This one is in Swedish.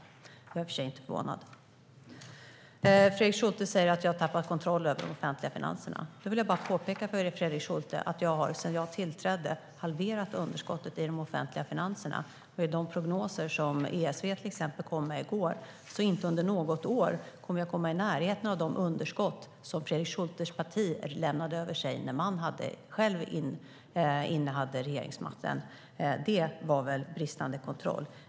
Jag är i och för sig inte förvånad. Fredrik Schulte säger att jag har tappat kontrollen över de offentliga finanserna. Då vill jag bara påpeka för Fredrik Schulte att jag sedan jag tillträdde har halverat underskottet i de offentliga finanserna. Och enligt de prognoser som ESV kom med i går kommer jag inte under något år att komma i närheten av de underskott som Fredrik Schultes parti lämnade efter sig när man själv innehade regeringsmakten. Det var väl bristande kontroll!